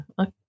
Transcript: okay